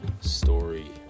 story